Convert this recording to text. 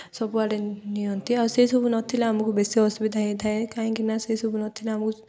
ସବୁଆଡ଼େ ନିଅନ୍ତି ଆଉ ସେସବୁ ନଥିଲେ ଆମକୁ ବେଶି ଅସୁବିଧା ହୋଇଥାଏ କାହିଁକିନା ସେସବୁ ନଥିଲେ ଆମକୁ